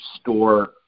store